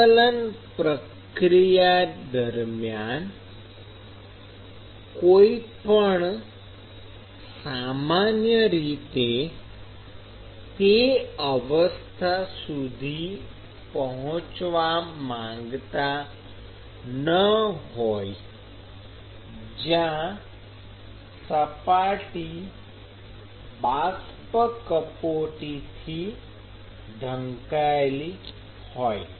ઉત્કલન પ્રક્રિયા દરમિયાન કોઈપણ સામાન્ય રીતે તે અવસ્થા સુધી પહોંચવા માંગતા ન હોય જ્યાં સપાટી બાષ્પ કપોટીથી ઢંકાયેલી હોય